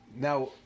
Now